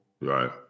Right